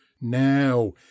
Now